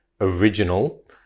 original